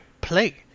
play